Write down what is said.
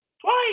twice